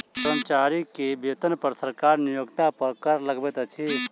कर्मचारी के वेतन पर सरकार नियोक्ता पर कर लगबैत अछि